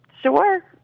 sure